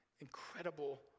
incredible